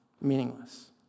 Meaningless